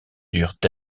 durent